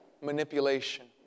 manipulation